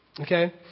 Okay